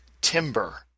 timber